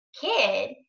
kid